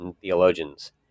theologians